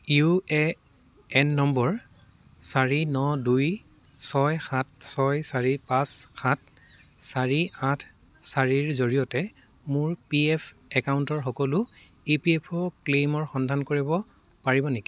U A N নম্বৰ চাৰি ন দুই ছয় সাত ছয় চাৰি পাঁচ সাত চাৰি আঠ চাৰিৰ জৰিয়তে মোৰ পি এফ একাউণ্টৰ সকলো ই পি এফ অ' ক্লেইমৰ সন্ধান কৰিব পাৰিব নেকি